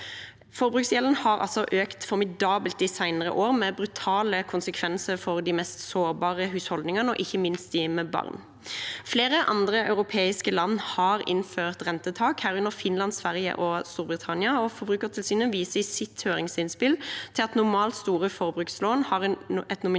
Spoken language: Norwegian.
Forbruksgjelden har økt formidabelt de senere år, med brutale konsekvenser for de mest sårbare husholdningene, og ikke minst dem med barn. Flere andre europeiske land har innført rentetak, herunder Finland, Sverige og Storbritannia. Forbrukertilsynet viser i sitt høringsinnspill til at normalt store forbrukslån har et nominelt